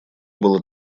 было